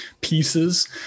pieces